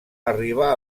arribar